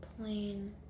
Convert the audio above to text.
plain